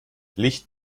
licht